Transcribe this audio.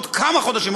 עוד כמה חודשים,